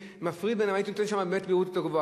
האם הוא נוסע כשהוא רדום?